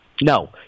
No